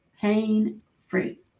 pain-free